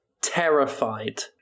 Terrified